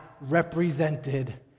represented